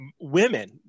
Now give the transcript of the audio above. women